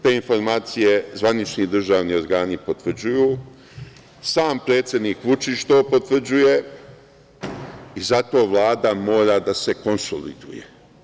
Te informacije zvanični državni organi potvrđuju, sam predsednik Vučić to potvrđuje i zato Vlada mora da se konsoliduje.